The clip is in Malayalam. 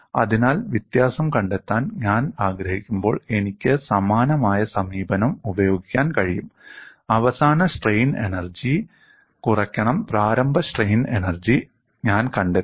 അതിനാൽ വ്യത്യാസം കണ്ടെത്താൻ ഞാൻ ആഗ്രഹിക്കുമ്പോൾ എനിക്ക് സമാനമായ സമീപനം ഉപയോഗിക്കാൻ കഴിയും അവസാന സ്ട്രെയിൻ എനർജി കുറക്കണം പ്രാരംഭ സ്ട്രെയിൻ എനർജി ഞാൻ കണ്ടെത്തും